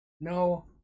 no